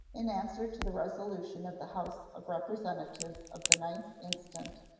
in answer to the resolution of the house of representatives of the ninth instant,